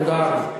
תודה רבה.